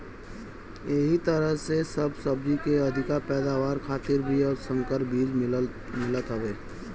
एही तरहे सब सब्जी के अधिका पैदावार खातिर भी अब संकर बीज मिलत हवे